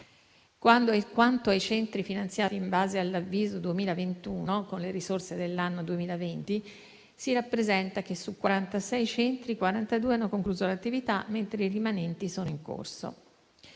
e 2023. Quanto ai centri finanziati in base all'avviso 2021, con le risorse dell'anno 2020, si rappresenta che, su 46 centri, 42 hanno concluso l'attività, mentre i rimanenti sono in corso.